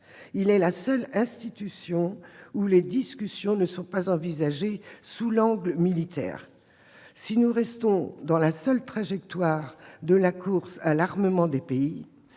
de la seule institution où les discussions ne sont pas envisagées sous l'angle militaire. Si nous nous inscrivons dans la seule perspective de la course à l'armement, nous